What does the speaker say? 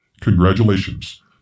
Congratulations